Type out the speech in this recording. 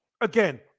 again